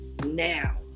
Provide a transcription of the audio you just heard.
now